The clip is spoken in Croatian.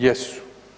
Jesu.